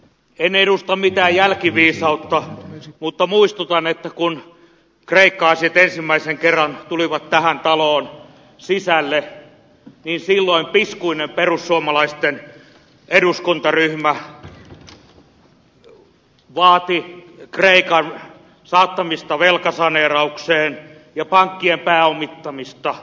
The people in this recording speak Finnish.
en edusta mitään jälkiviisautta mutta muistutan että kun kreikka asiat ensimmäisen kerran tulivat tähän taloon sisälle niin silloinen piskuinen perussuomalaisten eduskuntaryhmä vaati kreikan saattamista velkasaneeraukseen ja pankkien pääomittamista